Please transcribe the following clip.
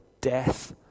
death